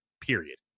Period